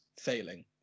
failing